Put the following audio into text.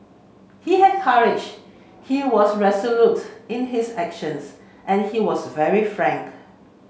he had courage he was resolute in his actions and he was very frank